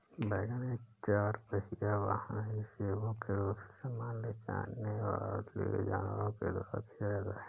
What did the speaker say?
wagon एक चार पहिया वाहन है जिसे मुख्य रूप से सामान ले जाने के लिए जानवरों द्वारा खींचा जाता है